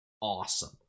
awesome